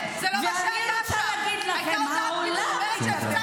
היא מוציאה את דיבת חיילינו רעה.